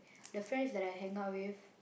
the friends that I hang out with